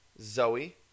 Zoe